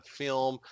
film